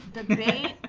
debate,